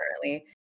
currently